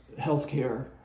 healthcare